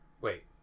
Wait